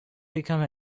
become